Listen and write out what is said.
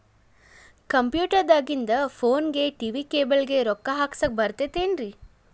Computer ದಾಗಿಂದ್ ಫೋನ್ಗೆ, TV cable ಗೆ, ರೊಕ್ಕಾ ಹಾಕಸಾಕ್ ಬರತೈತೇನ್ರೇ?